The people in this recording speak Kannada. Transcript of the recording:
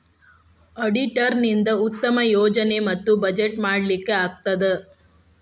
ಅಡಿಟರ್ ನಿಂದಾ ಉತ್ತಮ ಯೋಜನೆ ಮತ್ತ ಬಜೆಟ್ ಮಾಡ್ಲಿಕ್ಕೆ ಆಗ್ತದ